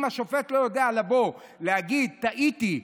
אם השופט לא יודע לבוא ולהגיד: טעיתי.